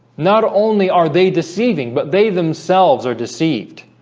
not only are they deceiving but they themselves are deceived